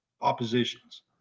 oppositions